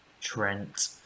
Trent